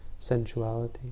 sensuality